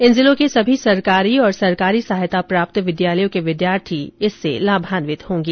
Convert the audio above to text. इन जिलों के सभी सरकारी और सरकारी सहायता प्राप्त विद्यालयों के विद्यार्थी इससे लाभान्वित होंगे